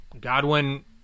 Godwin –